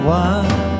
one